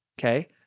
okay